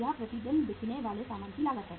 यह प्रति दिन बिकने वाले सामान की लागत है